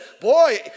boy